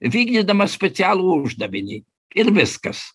vykdydamas specialų uždavinį ir viskas